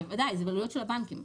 בוודאי, זה בעלויות של הבנקים.